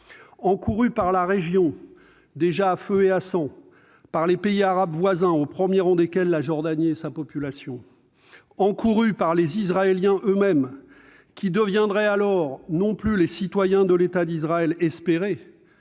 encouru par la région, déjà à feu et à sang, par les pays arabes voisins, au premier rang desquels la Jordanie et sa population. Danger encouru, enfin, par les Israéliens eux-mêmes, qui ne seraient plus, alors, les citoyens de l'État qu'ils espéraient,